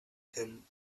him